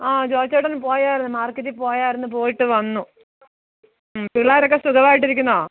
ആ ജോയി ചേട്ടൻ പോയായിരുന്നു മാർക്കറ്റിൽ പോയായിരുന്നു പോയിട്ട് വന്നു പിള്ളാരൊക്കെ സുഖമായിട്ട് ഇരിക്കുന്നോ